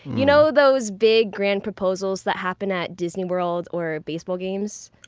you know, those big grand proposals that happen at disney world or baseball games?